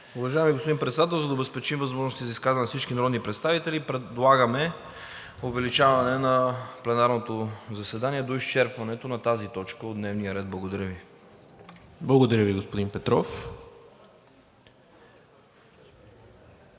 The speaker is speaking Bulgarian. Уважаеми господин Председател, за да обезпечим възможности за изказване на всички народни представители, предлагаме увеличаване на пленарното заседание до изчерпването на тази точка от дневния ред. Благодаря Ви. ПРЕДСЕДАТЕЛ НИКОЛА МИНЧЕВ: